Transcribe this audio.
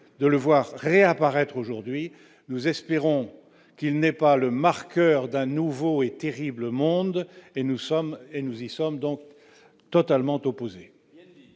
de le voir réapparaître aujourd'hui, nous espérons qu'il n'est pas le marqueur d'un nouveau et terrible monde et nous sommes et nous y sommes donc totalement opposé.